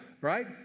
right